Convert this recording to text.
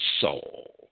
soul